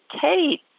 Kate